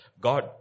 God